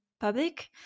public